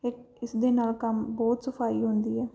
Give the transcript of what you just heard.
ਇ ਇਸਦੇ ਨਾਲ ਕੰਮ ਬਹੁਤ ਸਫਾਈ ਆਉਂਦੀ ਹੈ